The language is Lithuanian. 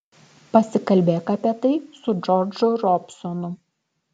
pasikalbėk apie tai su džordžu robsonu